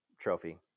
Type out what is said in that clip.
Trophy